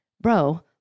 bro